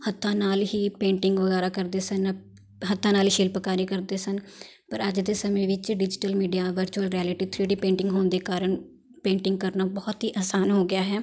ਹੱਥਾਂ ਨਾਲ ਹੀ ਪੇਂਟਿੰਗ ਵਗੈਰਾ ਕਰਦੇ ਸਨ ਹੱਥਾਂ ਨਾਲ ਹੀ ਸ਼ਿਲਪਕਾਰੀ ਕਰਦੇ ਸਨ ਪਰ ਅੱਜ ਦੇ ਸਮੇਂ ਵਿੱਚ ਡਿਜ਼ੀਟਲ ਮੀਡੀਆ ਵਰਚੁਅਲ ਰਿਐਲਟੀ ਔਰ ਥ੍ਰੀ ਡੀ ਪੇਂਟਿੰਗ ਹੋਣ ਦੇ ਕਾਰਨ ਪੇਂਟਿੰਗ ਕਰਨਾ ਬਹੁਤ ਹੀ ਆਸਾਨ ਹੋ ਗਿਆ ਹੈ